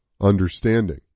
understanding